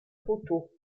poteau